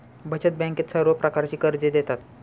बचत बँकेत सर्व प्रकारची कर्जे देतात